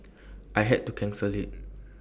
I had to cancel IT